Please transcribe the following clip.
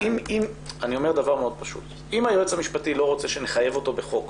אני אומר דבר מאוד פשוט: אם היועץ המשפטי לא רוצה שנחייב אותו בחוק